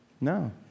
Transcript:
No